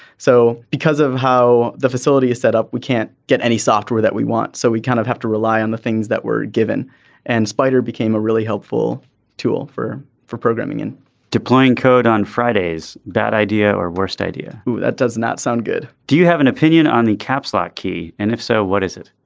so because of how the facility is set up we can't get any software that we want. so we kind of have to rely on the things that were given and spider became a really helpful tool for for programming in deploying code on fridays bad idea or worst idea that does not sound good. do you have an opinion on the caps lock key. and if so what is it